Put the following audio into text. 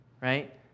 right